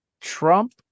Trump